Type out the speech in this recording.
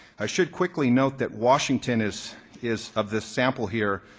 i should quickly note that washington is is of this sample here,